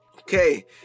Okay